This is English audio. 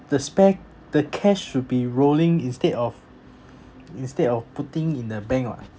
the spare the cash should be rolling instead of instead of putting in the bank [what]